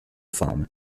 fame